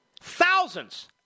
Thousands